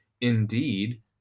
indeed